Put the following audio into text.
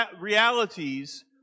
realities